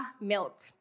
milk